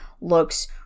Looks